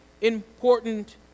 important